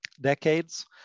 decades